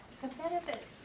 competitive